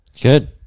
Good